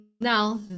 now